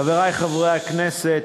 חברי חברי הכנסת,